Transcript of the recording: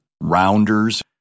Rounders